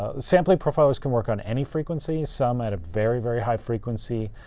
ah sampling profilers can work on any frequency, some at a very, very high frequency.